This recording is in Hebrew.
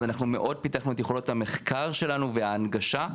אנחנו פיתחנו מאוד את יכולות המחקר שלנו וההנגשה.